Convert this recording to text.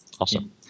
Awesome